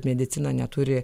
medicina neturi